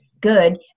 Good